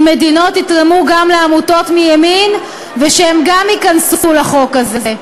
אשמח מאוד אם מדינות יתרמו גם לעמותות מימין ושהן גם ייכנסו לחוק הזה.